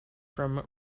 from